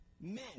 men